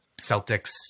Celtics